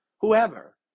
whoever